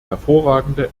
hervorragende